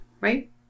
right